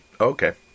Okay